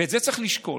ואת זה צריך לשקול.